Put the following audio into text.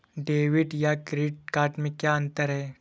Debit या credit card में क्या अन्तर है?